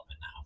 now